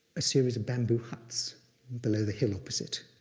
a series of bamboo huts below the hill opposite.